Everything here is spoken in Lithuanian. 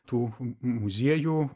tų muziejų